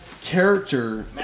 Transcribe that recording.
character